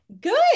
Good